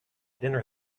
dinner